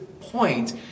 point